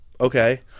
Okay